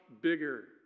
bigger